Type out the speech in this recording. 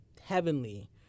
heavenly